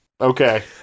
Okay